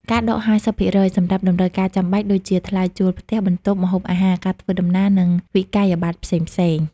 ការដក 50% សម្រាប់តម្រូវការចាំបាច់ ដូចជាថ្លៃជួលផ្ទះ/បន្ទប់ ម្ហូបអាហារ ការធ្វើដំណើរ និងវិក្កយបត្រផ្សេងៗ។